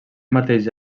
mateix